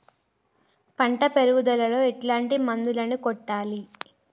పంట పెరుగుదలలో ఎట్లాంటి మందులను కొట్టాలి?